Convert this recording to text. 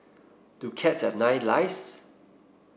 do cats have nine lives